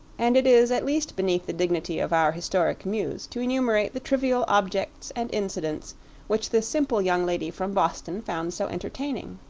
and it is at least beneath the dignity of our historic muse to enumerate the trivial objects and incidents which this simple young lady from boston found so entertaining.